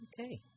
Okay